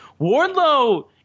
Wardlow